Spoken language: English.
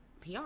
PR